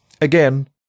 Again